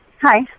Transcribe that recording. Hi